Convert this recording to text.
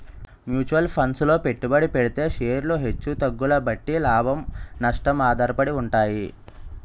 mutual funds లో పెట్టుబడి పెడితే షేర్లు హెచ్చు తగ్గుల బట్టి లాభం, నష్టం ఆధారపడి ఉంటాయి